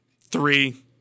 Three